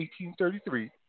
1833